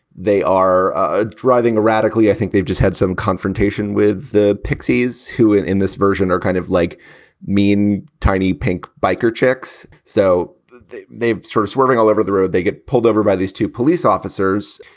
they are ah driving radically. i think they've just had some confrontation with the pixies, who in in this version are kind of like mean tiny pink biker chicks. so they sort of swerving all over the road. they get pulled over by these two police officers.